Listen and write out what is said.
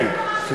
כן.